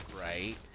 right